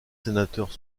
sénateurs